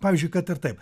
pavyzdžiui kad ir taip